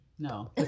No